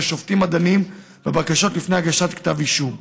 השופטים הדנים בבקשות לפני הגשת כתב אישום.